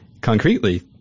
Concretely